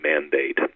mandate